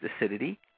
acidity